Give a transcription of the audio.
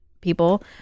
people